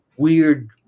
weird